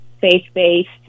faith-based